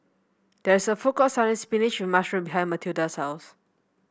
there is a food court selling spinach with mushroom behind Mathilda's house